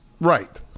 right